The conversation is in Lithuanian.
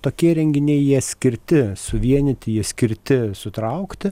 tokie renginiai jie skirti suvienyti jie skirti sutraukti